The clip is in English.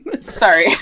sorry